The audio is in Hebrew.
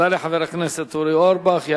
תודה לחבר הכנסת אורי אורבך.